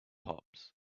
hops